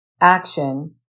action